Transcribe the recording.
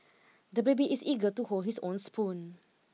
the baby is eager to hold his own spoon